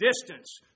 distance